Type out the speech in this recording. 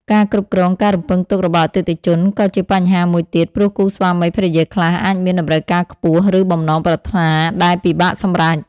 ការ គ្រប់គ្រងការរំពឹងទុករបស់អតិថិជន គឺជាបញ្ហាមួយទៀត ព្រោះគូស្វាមីភរិយាខ្លះអាចមានតម្រូវការខ្ពស់ ឬបំណងប្រាថ្នាដែលពិបាកសម្រេច។